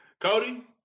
Cody